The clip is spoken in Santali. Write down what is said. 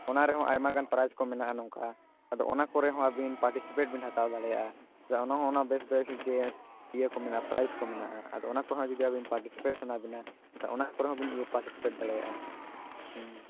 ᱚᱱᱟ ᱨᱮᱦᱚᱸ ᱟᱭᱢᱟ ᱜᱟᱱ ᱯᱨᱟᱭᱤᱡ ᱠᱚ ᱢᱮᱱᱟᱜᱼᱟ ᱱᱚᱝᱠᱟ ᱟᱫᱚ ᱚᱱᱟ ᱠᱚᱨᱮ ᱦᱚᱸ ᱟᱹᱵᱤᱱ ᱯᱟᱴᱤᱥᱤᱯᱮᱴ ᱵᱮᱱ ᱦᱟᱛᱟᱣ ᱫᱟᱲᱮᱭᱟᱜᱼᱟ ᱟᱫᱚ ᱚᱱᱟᱦᱚᱸ ᱵᱮᱥ ᱵᱮᱥ ᱡᱮ ᱤᱭᱟᱹ ᱠᱚ ᱢᱮᱱᱟᱜᱼᱟ ᱯᱨᱮᱭᱟᱭᱤᱡ ᱠᱚ ᱢᱮᱱᱟᱜᱼᱟ ᱟᱫᱚ ᱚᱱᱟ ᱠᱚᱦᱚᱸ ᱡᱩᱫᱤ ᱟᱵᱤᱱ ᱯᱟᱴᱤᱥᱤᱯᱮᱴ ᱥᱟᱱᱟ ᱵᱮᱱᱟ ᱮᱱᱠᱷᱟᱱ ᱚᱱᱟ ᱠᱚᱨᱮ ᱦᱚᱸ ᱵᱤᱱ ᱤᱭᱟᱹ ᱯᱟᱨᱴᱤᱥᱤᱯᱮᱴ ᱫᱟᱲᱮᱭᱟᱜᱼᱟ